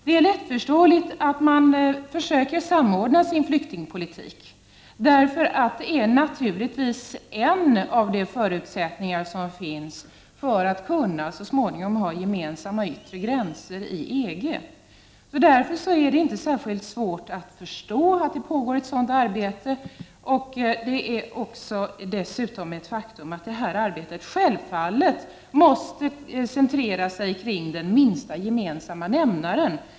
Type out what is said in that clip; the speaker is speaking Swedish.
Det är lättförståeligt att det pågår ett arbete för att försöka samordna flyktingpolitiken, 15 då det naturligtvis är en av förutsättningarna för att EG så småningom skall kunna ha en gemensam yttre gräns. Det är dessutom ett faktum att detta arbete måste centreras kring den minsta gemensamma nämnaren.